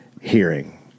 hearing